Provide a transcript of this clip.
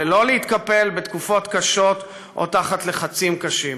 ולא להתקפל בתקופות קשות או תחת לחצים קשים.